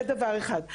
זה דבר אחד.